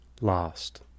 lost